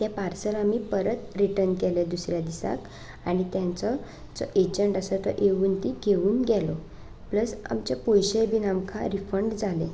तें पार्सल आमी परत रिटर्न केलें दुसरे दिसा आनी तेचो एजन्ट आसा तो येवन ती घेवन गेलो प्लस आमचे पयशे बी आमकां रिफन्ड जाले